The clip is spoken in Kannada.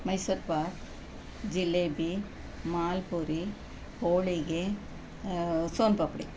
ಮೈಸೂರ್ ಪಾಕ್ ಜಿಲೇಬಿ ಮಾಲ್ಪುರಿ ಹೋಳಿಗೆ ಸೋಂಪಾಪುಡಿ